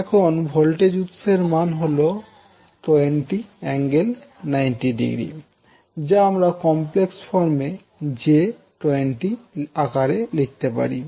এখন ভোল্টেজ উৎস এর মান হল 20∠90° যা আমরা কমপ্লেক্স ফর্ম এ j20 আকারে লিখতে পারি